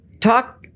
talk